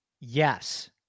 Yes